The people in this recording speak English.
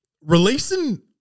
Releasing